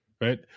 right